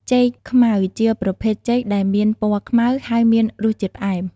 ចេកខ្មៅ ជាប្រភេទចេកដែលមានពណ៌ខ្មៅ ហើយមានរសជាតិផ្អែម។